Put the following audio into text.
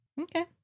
Okay